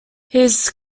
his